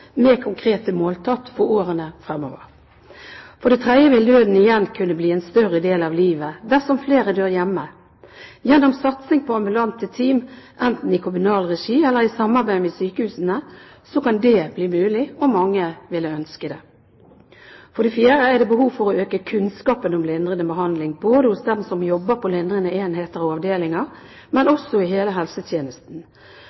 med konkrete måltall for årene fremover. For det tredje vil døden igjen kunne bli en større del av livet dersom flere dør hjemme. Gjennom satsing på ambulante team, enten i kommunal regi eller i samarbeid med sykehusene, kan det bli mulig. Mange ville ønske det. For det fjerde er det behov for å øke kunnskapen om lindrende behandling hos dem som jobber på lindrende enheter og avdelinger, men